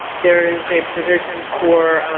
there is a provision for